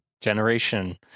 generation